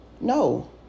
No